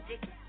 dick